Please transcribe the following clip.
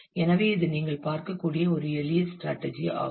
எனவே இது நீங்கள் பார்க்க கூடிய ஒரு எளிய ஸ்ட்ராடஜி ஆகும்